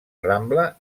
rambla